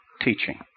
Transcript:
teaching